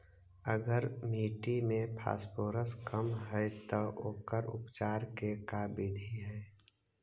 अगर मट्टी में फास्फोरस कम है त ओकर उपचार के का बिधि है?